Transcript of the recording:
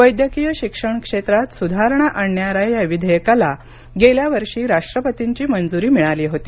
वैद्यकीय शिक्षण क्षेत्रात सुधारणा आणणाऱ्या या विधेयकाला गेल्या वर्षी राष्ट्रपतींची मंजूरी मिळाली होती